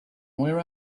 where